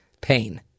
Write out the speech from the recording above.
pain